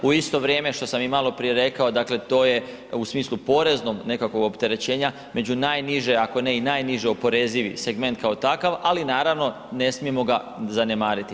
U isto vrijeme, što sam i maloprije rekao, dakle to je u smislu poreznom nekakvom, opterećenja, među najniže, ako ne i najniže oporezivi segment kao takav, ali naravno, ne smijemo ga zanemariti.